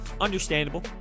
Understandable